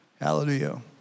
Hallelujah